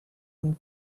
one